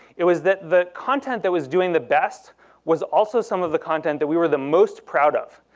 it was that the content that was doing the best was also some of the content that we were the most proud of.